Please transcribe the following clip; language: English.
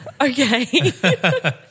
Okay